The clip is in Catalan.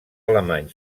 alemany